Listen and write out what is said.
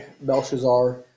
Belshazzar